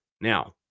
Now